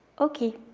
okay.